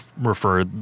refer